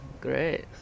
great